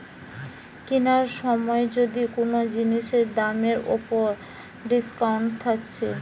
কিনার সময় যদি কুনো জিনিসের দামের উপর ডিসকাউন্ট থাকছে